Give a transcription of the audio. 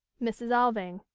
mrs. alving.